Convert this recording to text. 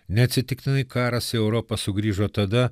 neatsitiktinai karas europą sugrįžo tada